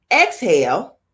Exhale